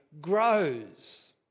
grows